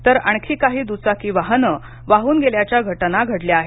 तर आणखी काही दुचाकी वाहन वाहन गेल्याच्या घटना घडल्या आहेत